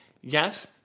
Yes